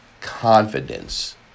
confidence